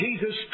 Jesus